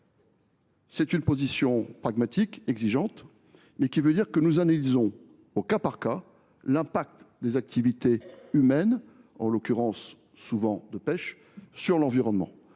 une position pragmatique, exigeante. Cela signifie que nous analysons au cas par cas l’impact des activités humaines, en l’occurrence le plus souvent la pêche, sur l’environnement.